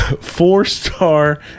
four-star